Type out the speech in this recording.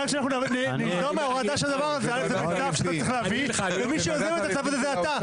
אני לא דוחה את הבעיה.